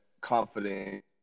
confident